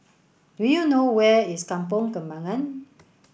do you know where is Kampong Kembangan